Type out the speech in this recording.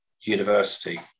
university